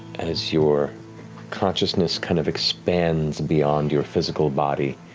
as your consciousness kind of expands beyond your physical body,